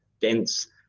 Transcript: dense